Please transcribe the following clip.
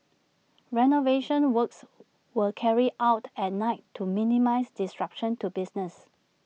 renovation works were carried out at night to minimise disruption to business